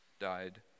died